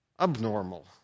abnormal